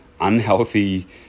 unhealthy